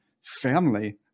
family